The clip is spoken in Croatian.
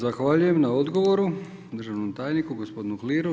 Zahvaljujem na odgovoru državnom tajniku gospodinu Uhliru.